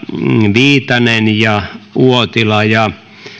viitanen uotila ja